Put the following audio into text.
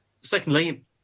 secondly